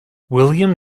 william